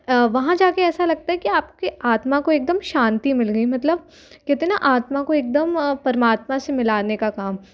वहाँ जा के ऐसा लगता है कि आपके आत्मा को एकदम शांति मिल गई मतलब कितना आत्मा को एकदम परमात्मा से मिलाने का काम